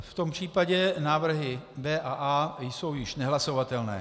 V tom případě návrhy B a A jsou již nehlasovatelné.